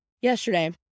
Yesterday